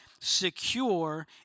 secure